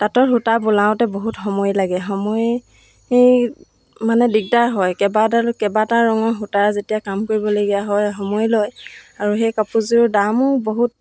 তাঁতৰ সূতা বোলাওতে বহুত সময় লাগে সময় মানে দিগদাৰ হয় কেবাটাও কেইবাটাও ৰঙৰ সূতাৰ যেতিয়া কাম কৰিবলগীয়া হয় সময় লয় আৰু সেই কাপোৰযোৰ দামো বহুত